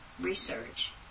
research